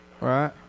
Right